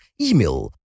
email